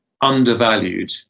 undervalued